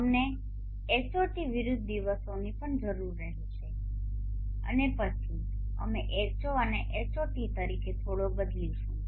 અમને Hotવિરુદ્ધ દિવસોની પણ જરૂર રહેશે અને પછી અમે H0 અને Hot તરીકે થોડો બદલીશું